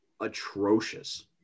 atrocious